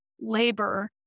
labor